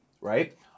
Right